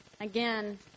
Again